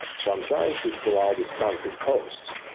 so i'm trying to pull out this concrete post.